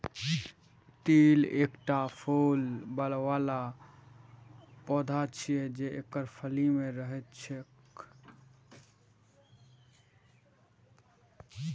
तिल एकटा फूल बला पौधा छियै, जे एकर फली मे रहैत छैक